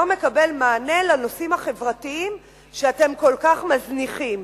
לא מקבל מענה בנושאים החברתיים שאתם כל כך מזניחים.